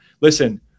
listen